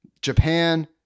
Japan